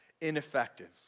ineffective